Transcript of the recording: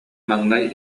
маҥнай